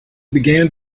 began